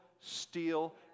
steal